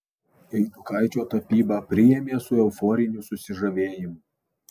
eidukaičio tapybą priėmė su euforiniu susižavėjimu